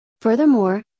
Furthermore